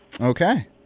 Okay